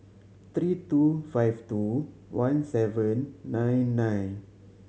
three two five two one seven nine nine